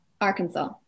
Arkansas